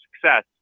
success